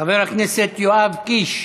חבר הכנסת יואב קיש,